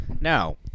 Now